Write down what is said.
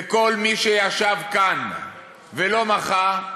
וכל מי שישב כאן ולא מחה,